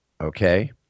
okay